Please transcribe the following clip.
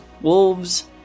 wolves